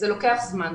זה לוקח זמן.